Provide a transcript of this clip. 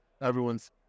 everyone's